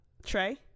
Trey